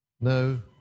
No